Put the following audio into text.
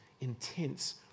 intense